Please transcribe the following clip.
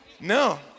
No